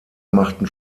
machten